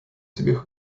собі